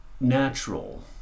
natural